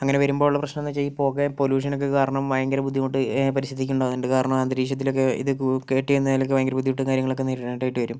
അങ്ങനെ വരുമ്പോൾ ഉള്ള പ്രശ്നം എന്ന് വെച്ചാൽ ഈ പുകയും പൊലൂഷൻ ഒക്കെ കാരണം ഭയങ്കര ബുദ്ധിമുട്ട് പരിസ്ഥിതിക്ക് ഉണ്ടാവുന്നുണ്ട് കാരണം അന്തരീക്ഷത്തിലൊക്കെ ഇത് കേട്ടേന്നതിലൊക്കെ ഭയങ്കര ബുദ്ധിമുട്ടും കാര്യങ്ങളും ഒക്കെ നേരിടേണ്ടതായിട്ട് വരും